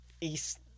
East